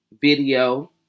video